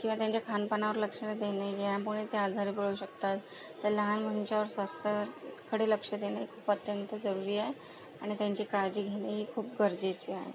किंवा त्यांच्या खानपानावर लक्ष देणे यामुळे ते आजारी पडू शकतात तर लहान मुंच्या स्वास्थ्याकडे लक्ष देणे अत्यंत जरूरी आहे आणि त्यांची काळजी घेणे खूप गरजेचे आहे